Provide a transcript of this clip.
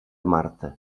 marta